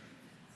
שלהם.